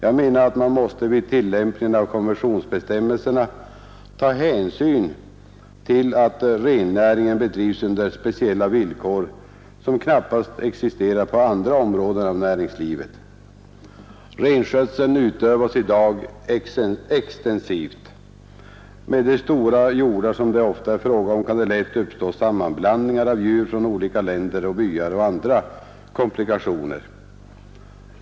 Jag menar att man vid tillämpningen av konventionsbestämmelserna måste ta hänsyn till att rennäringen bedrivs under speciella villkor som knappast existerar på andra områden av näringslivet. Renskötseln utövas i dag extensivt. Med de stora hjordar som det ofta är fråga om kan det lätt uppstå sammanblandningar av djur från olika länder och byar samt andra komplikationer.